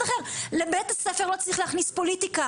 אחר לבית הספר לא צריך להכניס פוליטיקה.